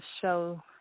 show